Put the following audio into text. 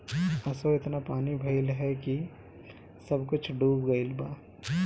असो एतना पानी भइल हअ की सब कुछ डूब गईल बा